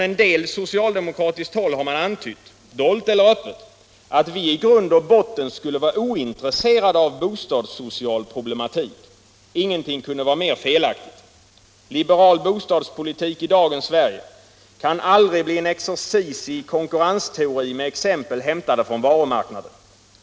En del socialdemokrater har antytt — dolt eller öppet — att vi i grund och botten skulle vara ointresserade av bostadssocial problematik. Ingenting kunde vara mer felaktigt. Liberal bostadspolitik i dagens Sverige kan aldrig bli en exercis i konkurrensteori med exempel hämtade från varumarknaden.